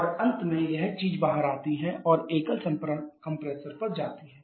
और अंत में यह चीज बाहर आती है और एकल कंप्रेसर पर जाती है